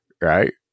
right